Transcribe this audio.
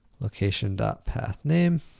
location pathname.